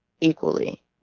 equally